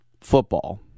football